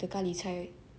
the 咖喱菜 right